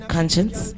Conscience